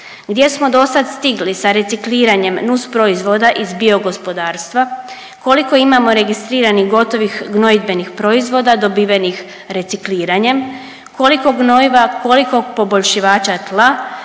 gdje smo dosad stigli sa recikliranjem nus proizvoda iz bio gospodarstva, koliko imamo registriranih gotovih gnojidbenih proizvoda dobivenih recikliranjem, koliko gnojiva, koliko poboljšivača tla,